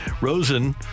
Rosen